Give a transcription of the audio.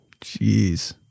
Jeez